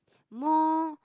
more